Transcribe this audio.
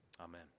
Amen